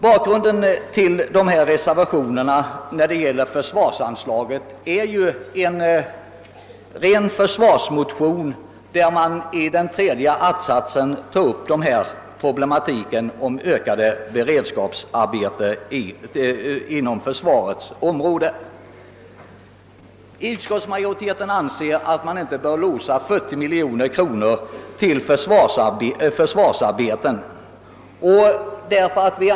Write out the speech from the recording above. Bakgrunden till denna reservation beträffande försvarsanslaget är en ren försvarsmotion, i vilken tas upp problematiken om beredskapsarbeten inom försvarsområdet. Utskottsmajoriteten anser att man inte bör låsa 40 miljoner kronor till försvarsarbeten.